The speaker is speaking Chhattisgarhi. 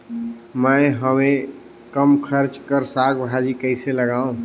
मैं हवे कम खर्च कर साग भाजी कइसे लगाव?